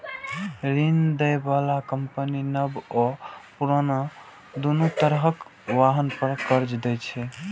ऋण दै बला कंपनी नव आ पुरान, दुनू तरहक वाहन पर कर्ज दै छै